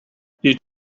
achieved